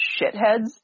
shitheads